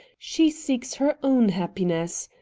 she seeks her own happiness.